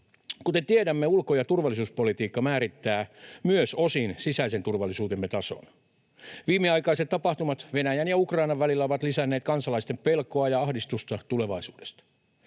Kuten tiedämme ulko- ja turvallisuuspolitiikka määrittää myös osin sisäisen turvallisuutemme tason. Viimeaikaiset tapahtumat Venäjän ja Ukrainan välillä ovat lisänneet kansalaisten pelkoa ja ahdistusta tulevaisuudesta.